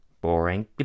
Boring